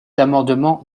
amendement